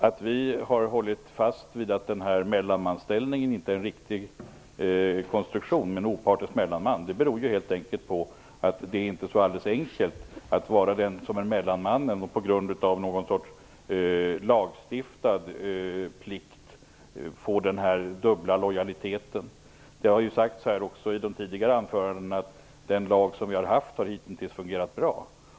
Att vi har hållit fast vid att mellanmansställningen med en opartisk mellanman inte är en riktig konstruktion beror på att det inte är så enkelt att vara mellanman och att på grund av någon sorts lagstiftad plikt få den här dubbla lojaliteten. I tidigare anföranden här har det ju sagts att den lag som vi haft hitintills har fungerat bra.